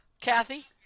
Kathy